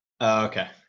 Okay